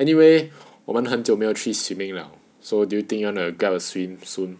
anyway 我们很久没有去 swimming liao so do you think you wanna get a swim soon